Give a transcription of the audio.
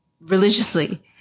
religiously